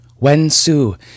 Wen-su